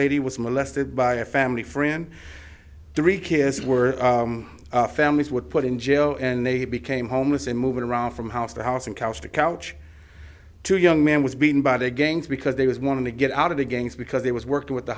lady was molested by a family friend three kids were families would put in jail and they became homeless and moved around from house to house and couch to couch two young man was beaten by the gangs because they was wanted to get out of the gangs because there was work with the